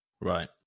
Right